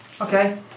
Okay